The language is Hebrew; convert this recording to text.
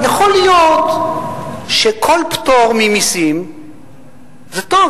יכול להיות שכל פטור ממסים זה טוב,